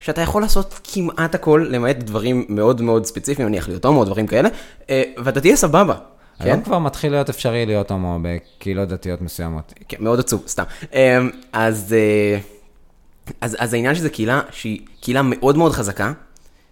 שאתה יכול לעשות כמעט הכל, למעט דברים מאוד מאוד ספציפיים, נניח להיות הומו ואתה תהיה סבבה, כן? היום כבר מתחיל להיות אפשרי להיות הומו בקהילות דתיות מסוימות. כן, מאוד עצוב, סתם. אז... אז העניין שזו קהילה, שהיא קהילה מאוד מאוד חזקה.